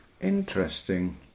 interesting